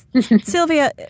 Sylvia